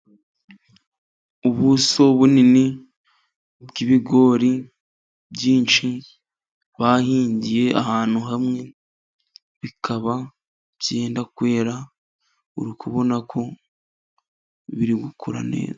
Ubuso bunini bw'ibigori byinshi bahingiye ahantu hamwe, bikaba byenda kwera. Uri kubona ko biri gukura neza.